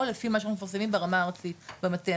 או לפי מה שאנחנו מפרסמים ברמה הארצית במטה,